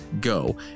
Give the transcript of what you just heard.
go